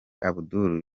abdoul